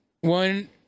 one